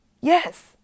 yes